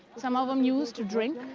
some of them use to drink,